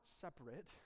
separate